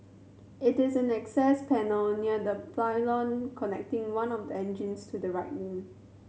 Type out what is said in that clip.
it is an access panel near the pylon connecting one of the engines to the right wing